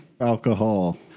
alcohol